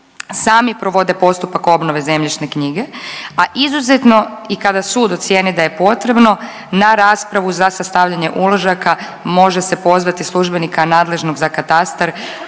sami provode postupak obnove zemljišne knjige, a izuzetno i kada sud ocijeni da je potrebno na raspravu za sastavljanje uložaka može se pozvati službenika nadležnog za katastar